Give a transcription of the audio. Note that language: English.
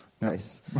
Nice